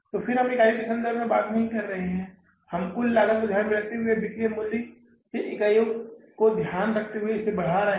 तो फिर हम इकाइयों के बारे में बात नहीं कर रहे हैं हम कुल लागत को ध्यान में रखते हुए बिक्री मूल्य से इकाइयों को ध्यान में रखते हुए इसे बढ़ा रहे हैं